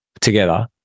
together